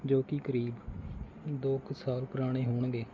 ਜੋ ਕਿ ਕਰੀਬ ਦੋ ਕੁ ਸਾਲ ਪੁਰਾਣੇ ਹੋਣਗੇ